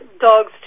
dogs